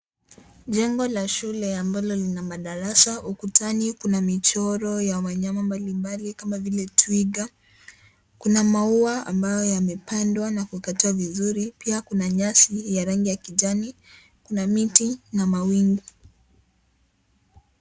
Jengo la shule ambalo lina madarasa, ukutani kuna michoro ya wanyama mbalimbali kama vile twiga, kuna maua ambayo yamepandwa na kukatwa vizuri pia kuna nyasi ya rangi ya kijani, kuna miti na mawingu.